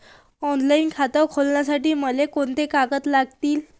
Online खातं खोलासाठी मले कोंते कागद लागतील?